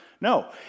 No